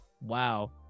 Wow